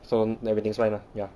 so everything's fine lah ya